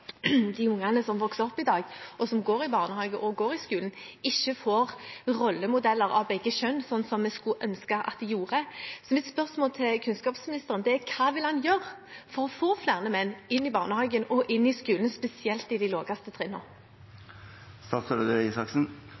ungene som vokser opp i dag, og som går i barnehage og på skolen, ikke får rollemodeller av begge kjønn, som vi skulle ønske at de gjorde. Så mitt spørsmål til kunnskapsministeren er: Hva vil han gjøre for å få flere menn inn i barnehagene og inn i skolen, spesielt på de